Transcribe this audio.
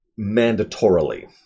Mandatorily